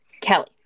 Kelly